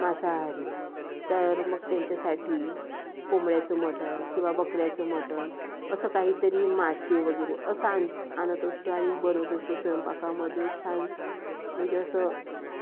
मांसाहारी तर मग त्यांच्यासाठी कोंबड्याचं मटन किंवा बकऱ्याचं मटन असं काहीतरी मासे वगैरे असं आण आणत असतो आणि बनवत असतो स्वयंपाकामध्ये छान म्हणजे असं